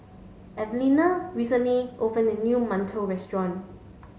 Evelena recently opened a new Mantou restaurant